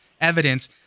evidence